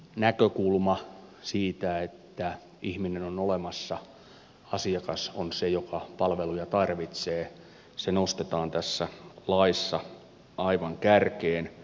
näkökulma siitä että ihminen on olemassa asiakas on se joka palveluja tarvitsee nostetaan tässä laissa aivan kärkeen